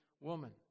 woman